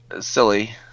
silly